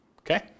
Okay